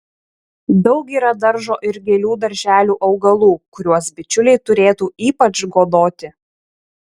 daug yra daržo ir gėlių darželių augalų kuriuos bičiuliai turėtų ypač godoti